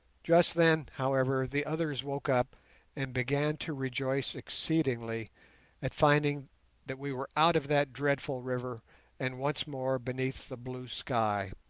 just then, however, the others woke up and began to rejoice exceedingly at finding that we were out of that dreadful river and once more beneath the blue sky.